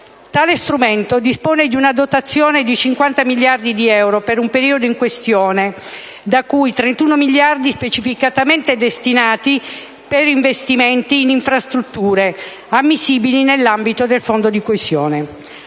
Tale strumento dispone di una dotazione di 50 miliardi di euro per il periodo in questione, di cui 31 miliardi specificamente destinati ad investimenti in infrastrutture ammissibili nell'ambito del fondo di coesione.